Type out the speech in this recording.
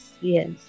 Yes